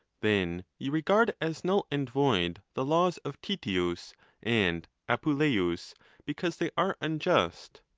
then you regard as null and void the laws of titius and apuleius, because they are unjust.